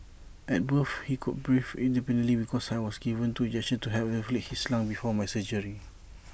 at birth he could breathe independently because I was given two injections to help develop his lungs before my surgery